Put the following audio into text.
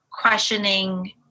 questioning